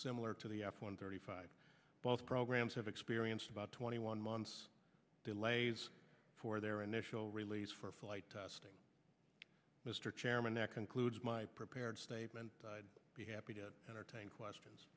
similar to the f one thirty five both programs have experienced about twenty one months delays for their initial release for flight testing mr chairman that concludes my prepared statement i'd be happy to entertain questions